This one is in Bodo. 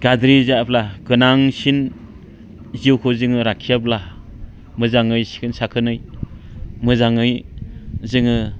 गाज्रि जाब्ला गोनांसिन जिउखौ जोङो लाखियाब्ला मोजाङै सिखोन साखोनै मोजाङै जोङो